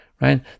right